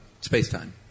space-time